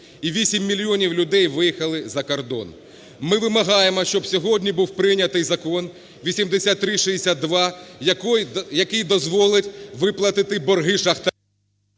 І 8 мільйонів людей виїхали за кордон. Ми вимагаємо, щоб сьогодні був прийнятий Закон 8362, який дозволить виплатити борги шахтарям…